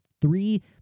three